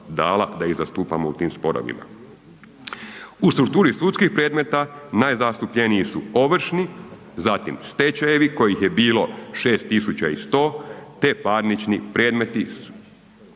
da ih zastupamo u tim sporovima. U strukturi sudskih predmeta najzastupljeniji su ovršni, zatim stečajevi kojih je bilo 6.100 te parnični predmeti sa,